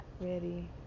ready